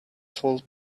told